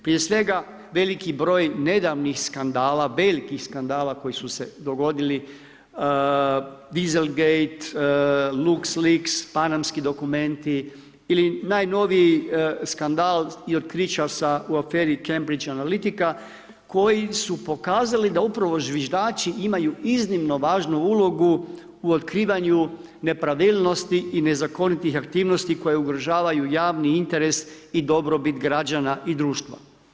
Prije svega nedavni broj velikih skandala, velikih skandala koji su se dogodili, diesel gate, lux lix, panamski dokumenti ili najnoviji skandal i otkrića u aferi Cambridge analitika koji su pokazali da upravo zviždači imaju iznimno važnu ulogu u otkrivanju nepravilnosti i nezakonitih aktivnosti koje ugrožavaju javni interes i dobrobit građana i društva.